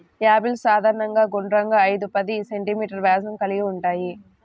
apples సాధారణంగా గుండ్రంగా, ఐదు పది సెం.మీ వ్యాసం కలిగి ఉంటాయి